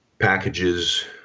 packages